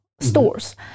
stores